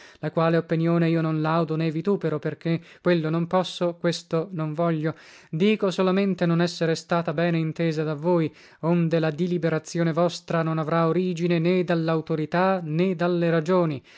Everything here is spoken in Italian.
la quale oppenione io non laudo né vitupero perché quello non posso questo non voglio dico solamente non essere stata bene intesa da voi onde la diliberazione vostra non avrà origine né dallautorità né dalle ragioni